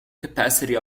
capacity